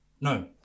no